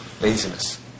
laziness